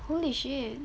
holy shit